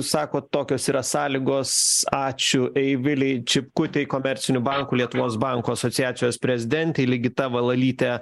sakot tokios yra sąlygos ačiū eivilei čipkutei komercinių bankų lietuvos bankų asociacijos prezidentei ligita valalytė